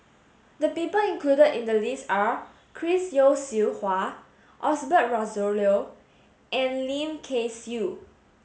the people included in the list are Chris Yeo Siew Hua Osbert Rozario and Lim Kay Siu